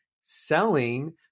selling